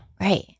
Right